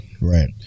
right